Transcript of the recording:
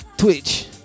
Twitch